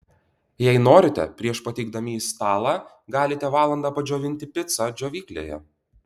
jei norite prieš pateikdami į stalą galite valandą padžiovinti picą džiovyklėje